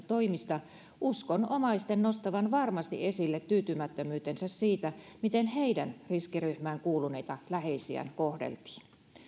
toimista uskon omaisten nostavan varmasti esille tyytymättömyytensä siitä miten heidän riskiryhmään kuuluneita läheisiään kohdeltiin